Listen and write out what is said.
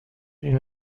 این